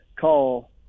call